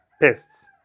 pests